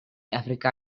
africa